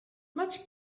much